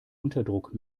unterdruck